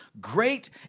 great